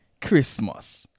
Christmas